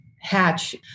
hatch